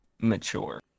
mature